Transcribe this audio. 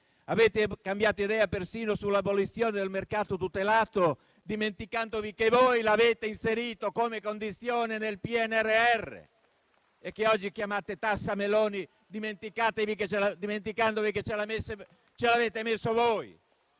Avete cambiato idea persino sull'abolizione del mercato tutelato, dimenticando che voi l'avete inserito come condizione nel PNRR. Oggi la chiamate tassa Meloni, dimenticando, appunto, che l'avete prevista voi.